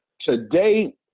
Today